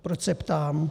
Proč se ptám?